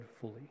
fully